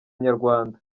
inyarwanda